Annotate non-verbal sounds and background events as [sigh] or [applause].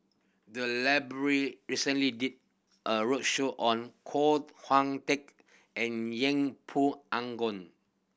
the library recently did a roadshow on Koh Hong Teng and Yeng Pway [unintelligible]